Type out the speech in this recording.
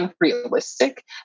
unrealistic